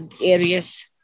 areas